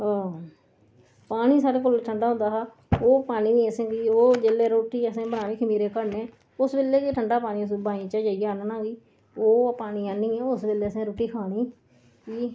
ओह् पानी साढ़े कोल ठंडा होंदा हा ओह् पानी असेंगी ओह् जिल्ले रोटी बनानी खमीरे घड़ने उस बेल्लै के ठंडा पानी असें बाईं चा जाइयै आह्नना ओह् पानी आह्निए उस बेल्लै असें रूट्टी खानी फ्ही